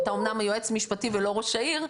אתה אמנם היועץ המשפטי ולא ראש העיר,